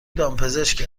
دامپزشک